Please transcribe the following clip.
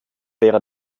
wäre